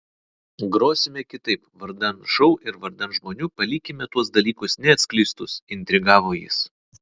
grosime kitaip vardan šou ir vardan žmonių palikime tuos dalykus neatskleistus intrigavo jis